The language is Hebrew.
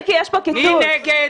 מי נמנע?